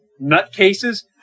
nutcases